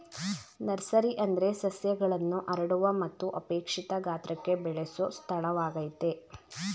nursery ಅಂದ್ರೆ ಸಸ್ಯಗಳನ್ನು ಹರಡುವ ಮತ್ತು ಅಪೇಕ್ಷಿತ ಗಾತ್ರಕ್ಕೆ ಬೆಳೆಸೊ ಸ್ಥಳವಾಗಯ್ತೆ